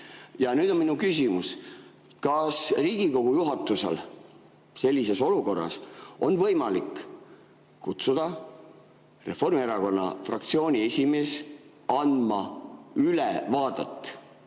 Ja nüüd on minu küsimus. Kas Riigikogu juhatusel sellises olukorras on võimalik kutsuda Reformierakonna fraktsiooni esimees andma ülevaadet?